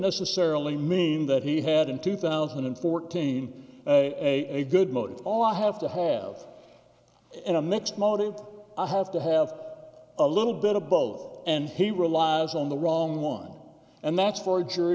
necessarily mean that he had in two thousand and fourteen a good motive or have to have a mixed motive i have to have a little bit of both and he relies on the wrong one and that's for a jury